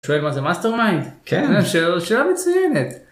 שואל מה זה מאסטר מיינד? כן, שאלה מצוינת.